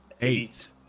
eight